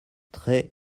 très